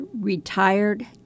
retired